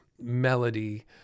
melody